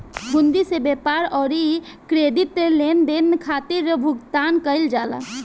हुंडी से व्यापार अउरी क्रेडिट लेनदेन खातिर भुगतान कईल जाला